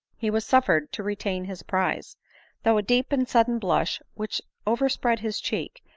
he was suffered to retain his prize though a deep and sudden blush which overspread his cheek,